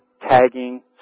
tagging